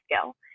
skill